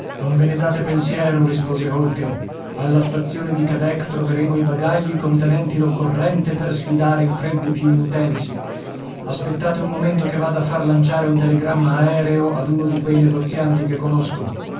non ve ne date pensiero rispose holker alla stazione di quebec troveremo i bagagli contenenti l'occorrente per sfidare i freddi più intensi aspettate un momento che vada a far lanciare un telegramma aereo ad uno di quei negozianti che conosco